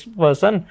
person